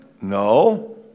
No